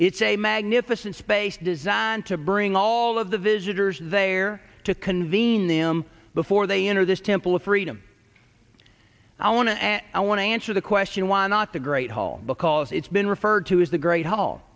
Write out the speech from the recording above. it's a magnificent space designed to bring all of the visitors there to convene them before they enter this temple of freedom i want to and i want to answer the question why not the great hall because it's been referred to as the great